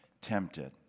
tempted